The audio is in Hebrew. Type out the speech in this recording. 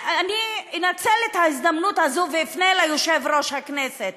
אני אנצל את ההזדמנות הזו ואפנה ליושב-ראש הכנסת